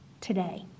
today